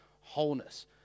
wholeness